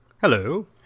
Hello